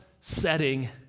setting